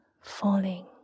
falling